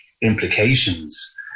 implications